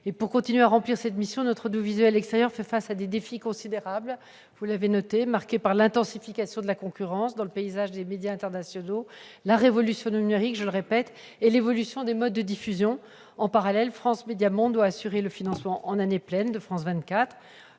Pour continuer à remplir cette mission, notre audiovisuel extérieur fait face à des défis considérables, vous l'avez noté, marqués par l'intensification de la concurrence dans le paysage des médias internationaux, la révolution numérique et l'évolution des modes de diffusion. En parallèle, France Médias Monde doit assurer le financement en année pleine de France 24